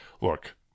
look